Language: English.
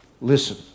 Listen